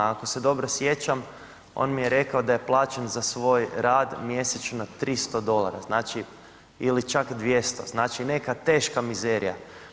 Ako se dobro sjećam, on mi je rekao da je plaćen za svoj rad mjesečno 300 dolara znači ili čak 200, znači neka teška mizerija.